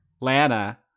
Lana